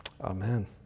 Amen